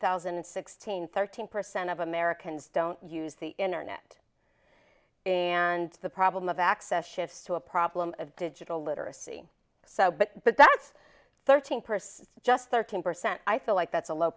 thousand and sixteen thirteen percent of americans don't use the internet and the problem of access shifts to a problem of digital literacy so but but that's thirteen percent just thirteen percent i feel like that's a low